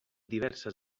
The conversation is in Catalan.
diverses